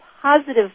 positive